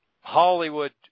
Hollywood